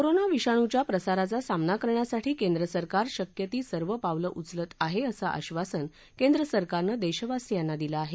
corona विषाणुच्या प्रसाराचा सामना करण्यासाठी केंद्र सरकार शक्य ती सर्व पावलं उचलत आहे असं आश्वासन केंद्रसरकारनं देशवासियांना दिलं आहे